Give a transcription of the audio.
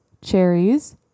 cherries